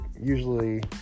usually